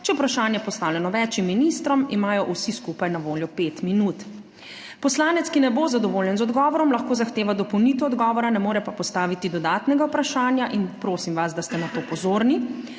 je vprašanje postavljeno več ministrom, imajo vsi skupaj na voljo 5 minut. Poslanec, ki ne bo zadovoljen z odgovorom, lahko zahteva dopolnitev odgovora, ne more pa postaviti dodatnega vprašanja in prosim vas, da ste na to pozorni.